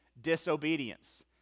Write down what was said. disobedience